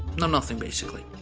no nothing, basically.